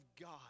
God